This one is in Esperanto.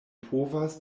povas